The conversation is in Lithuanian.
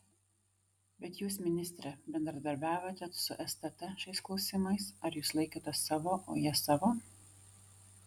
bet jūs ministre bendradarbiavote su stt šiais klausimais ar jūs laikotės savo o jie savo